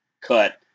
cut